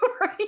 right